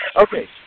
Okay